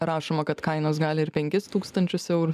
rašoma kad kainos gali ir penkis tūkstančius eurų